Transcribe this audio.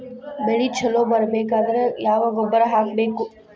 ಬೆಳಿ ಛಲೋ ಬರಬೇಕಾದರ ಯಾವ ಗೊಬ್ಬರ ಹಾಕಬೇಕು?